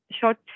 short